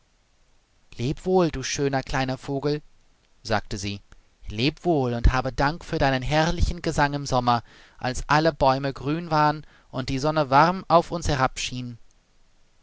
lebe wohl du schöner kleiner vogel sagte sie lebe wohl und habe dank für deinen herrlichen gesang im sommer als alle bäume grün waren und die sonne warm auf uns